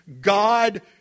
God